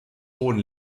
hohen